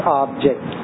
object